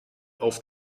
auf